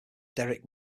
derek